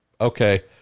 Okay